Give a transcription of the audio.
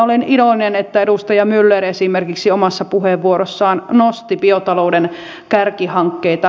olen iloinen että edustaja myller esimerkiksi omassa puheenvuorossaan nosti biotalouden kärkihankkeita